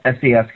SES